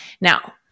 Now